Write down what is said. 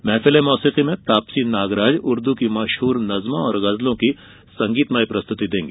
महफिल ए मौसिकी में तापसी नागराज उर्दू की मशहूर नज्मों और गजलों की संगीतमय प्रस्तुति देंगी